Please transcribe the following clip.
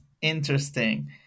interesting